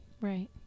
Right